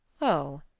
Oh